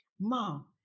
Mom